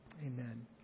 Amen